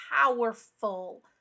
powerful